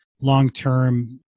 long-term